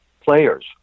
players